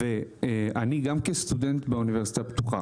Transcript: ואני גם כסטודנט באוניברסיטה הפתוחה